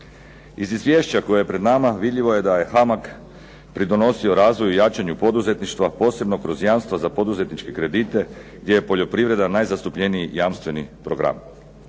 Iz Izvješća koje je pred nama vidimo da je HAMAG pridonosio jačanju i razvoju poduzetništva posebno kroz jamstva za poduzetničke kredite gdje je poljoprivreda najzastupljeniji jamstveni program.